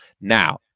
Now